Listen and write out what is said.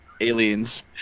Aliens